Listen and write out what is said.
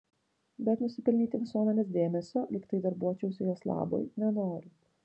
bet nusipelnyti visuomenės dėmesio lyg tai darbuočiausi jos labui nenoriu